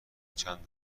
چند